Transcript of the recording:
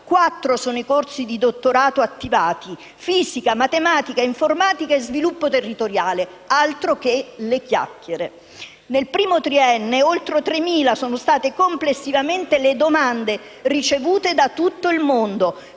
Quattro i corsi di dottorato attivati: fisica, matematica, informatica e sviluppo territoriale. Altro che chiacchiere! Nel primo triennio, oltre tremila sono state complessivamente le domande ricevute da tutto il mondo,